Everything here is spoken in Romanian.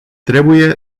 trebuie